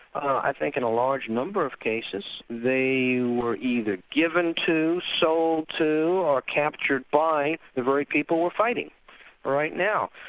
i think in a large number of cases, they were either given to, sold to, or captured by the very people we're fighting right now.